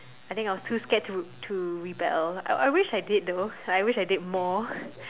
I think I was too scared to to rebel I wish I did though I wish I did more